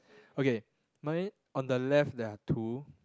okay mine on the left there are two